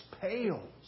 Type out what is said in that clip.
pales